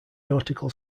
nautical